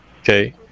okay